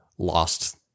Lost